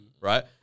right